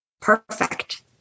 perfect